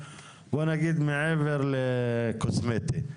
בוא נגיד מעבר לקוסמטי.